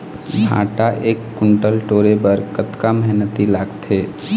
भांटा एक कुन्टल टोरे बर कतका मेहनती लागथे?